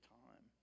time